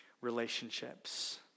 relationships